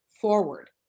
forward